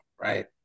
right